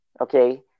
Okay